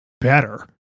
better